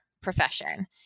profession